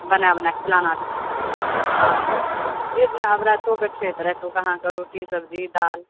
बना बनाके खिलाना छै हँ जे दिना आब राइतो कऽ छै तऽ राइतोके अहाँके रोटी सब्जी दालि